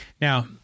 Now